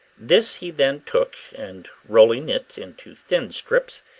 this he then took, and rolling it into thin strips,